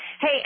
Hey